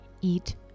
Eat